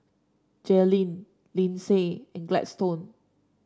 Jalynn Linsey and Gladstone